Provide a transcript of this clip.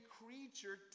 creature